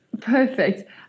Perfect